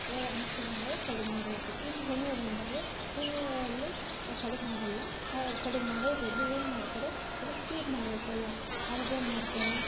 ಎಳ್ಳು ಅಮವಾಸ್ಯೆ ಬಂದಾಗ ಕಡುಬು ಮಾಡಬೇಕು ಇನ್ನೂ ಹುಣ್ಣಿಮೆ ಬಂದಾಗೆ ಹುಣ್ಣಿಮೆಯಲ್ಲಿ ಕಡುಬು ಮಾಡೋಲ್ಲ ಹ ಕಡುಬು ಮಾಡೋ ಬದ್ಲು ಏನು ಮಾಡ್ತಾರೆ ಅದು ಸ್ವೀಟ್ ಮಾಡಬೇಕಲ್ಲ ಆವಾಗ ಏನು ಮಾಡ್ತಾರೆ